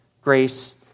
grace